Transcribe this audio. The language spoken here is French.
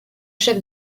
chefs